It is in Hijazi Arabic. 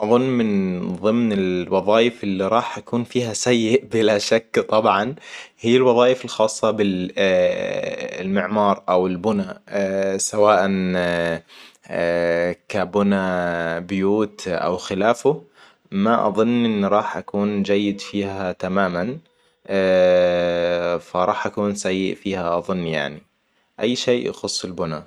اظن من ضمن الوظائف اللي راح أكون فيها سيء بلا شك طبعًا. هي الوظائف الخاصة المعمار او البناء سواءاً كبنا بيوت او خلافه. ما اظن ان راح أكون جيد فيها تماماً. فراح أكون سيء فيها أظن يعني أي شيء يخص البنا